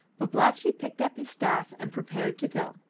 babalatchi picked up his staff and prepared to go.